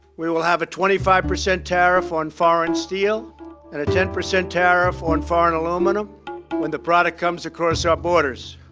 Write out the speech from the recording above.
we will have a twenty five percent tariff on foreign steel and a ten percent tariff on foreign aluminum when the product comes across our borders.